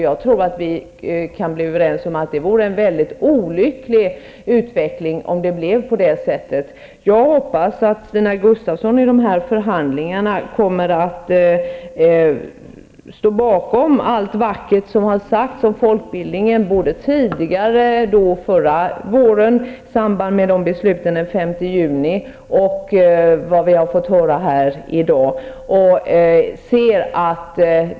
Jag tror att vi kan bli överens om att det vore en väldigt olycklig utveckling, om det blev på det sättet. Nu hoppas jag att Stina Gustavsson i de här förhandlingarna kommer att stå bakom allt vackert som har sagts om folkbildningen, både det som sades förra våren i samband med beslutet den 5 juni och det vi har fått höra i dag.